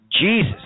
Jesus